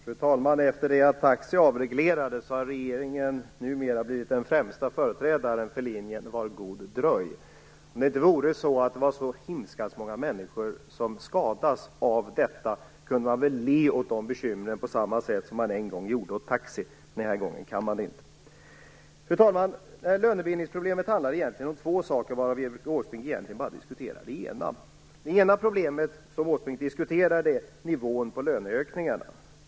Fru talman! Efter det att taxi avreglerades har regeringen numera blivit den främsta företrädaren för linje "Var god dröj". Om det inte vore så att det var så himla många människor som skadas av detta kunde man väl le åt bekymren på samma sätt som man en gång gjorde åt taxi. Den här gången kan man inte. Fru talman! Lönebildningsproblemet handlar egentligen om två saker, varav Erik Åsbrink bara diskuterade den ena. Det ena problemet, som Åsbrink diskuterade, är nivån på löneökningarna.